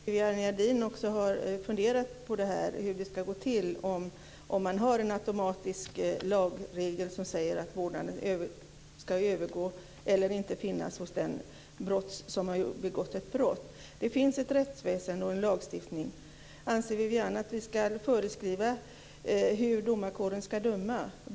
Fru talman! Det är roligt att Viviann Gerdin har funderat på hur det ska gå till om det finns en automatisk lagregel som säger att vårdnaden ska övergå eller inte finnas hos den som har begått ett brott. Det finns ett rättsväsende och en lagstiftning. Anser Viviann Gerdin att vi ska föreskriva hur domarkåren ska döma?